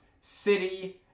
city